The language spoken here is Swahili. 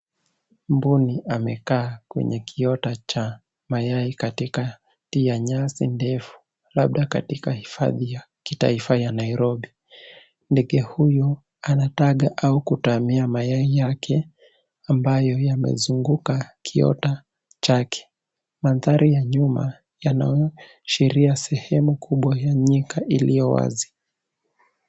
Mbuni amekaa kwenye kiota cha mayai katikati ya nyasi ndefu labda katika hifadhi ya kitaifa ya Nairobi. Ndege huyu anataga au kutahamia mayai yake ambayo yamezunguka kiota chake. Mandhari ya nyuma yanaashiria sehemu kubwa ya nyika iliyo wazi.